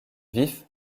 vifs